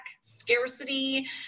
scarcity